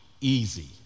easy